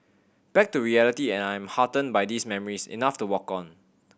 back to reality and I am heartened by these memories enough to walk on